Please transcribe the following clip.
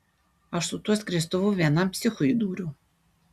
aš su tuo skriestuvu vienam psichui įdūriau